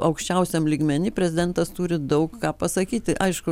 aukščiausiam lygmeny prezidentas turi daug ką pasakyti aišku